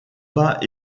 pas